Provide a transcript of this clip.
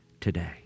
today